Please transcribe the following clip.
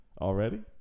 already